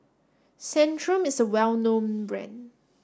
Centrum is a well known brand